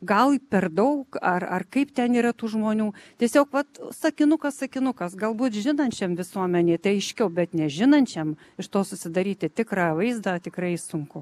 gal per daug ar ar kaip ten yra tų žmonių tiesiog vat sakinukas sakinukas galbūt žinančiam visuomenėj tai aiškiau bet nežinančiam iš to susidaryti tikrą vaizdą tikrai sunku